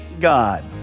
God